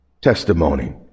testimony